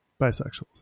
Bisexuals